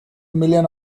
millions